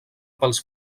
pels